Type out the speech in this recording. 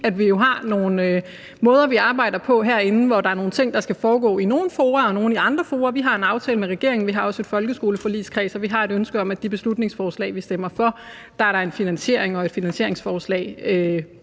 vi har nogle måder, vi arbejder på herinde, hvor der er nogle ting, der skal foregå i nogle fora, og nogle i andre fora. Vi har en aftale med regeringen, og vi har også en folkeskoleforligskreds, og vi har et ønske om, at til de beslutningsforslag, vi stemmer for, er der en finansiering og et finansieringsforslag.